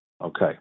Okay